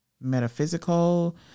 metaphysical